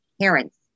parents